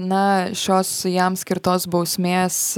na šios jam skirtos bausmės